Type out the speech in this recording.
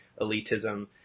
elitism